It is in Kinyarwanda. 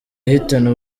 ihitana